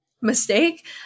Mistake